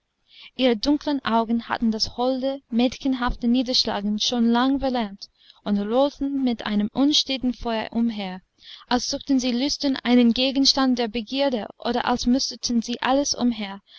ihre dunkeln augen hatten das holde mädchenhafte niederschlagen schon lange verlernt und rollten mit einem unstäten feuer umher als suchten sie lüstern einen gegenstand der begierde oder als musterten sie alles umher